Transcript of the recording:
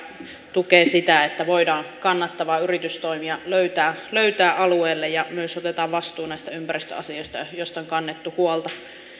tukee sitä että voidaan kannattavia yritystoimia löytää löytää alueelle ja myös otetaan vastuu näistä ympäristöasioista joista on kannettu huolta